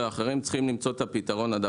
ואחרים צריכים למצוא את הפתרון לדבר הזה.